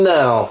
now